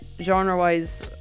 genre-wise